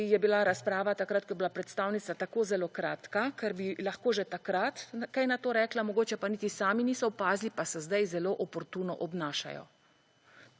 je bila razprava, takrat, ko je bila predstavnica, tako zelo kratka, ker bi lahko že takrat kaj na to rekla, mogoče pa niti sami niso opazili, pa se zdaj zelo oportuno obnašajo.